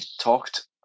talked